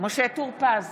משה טור פז,